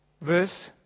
verse